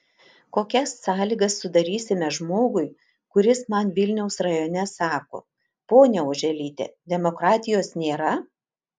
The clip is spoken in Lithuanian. kokias sąlygas sudarysime žmogui kuris man vilniaus rajone sako ponia oželyte demokratijos nėra